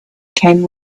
came